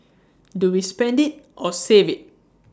do we spend IT or save IT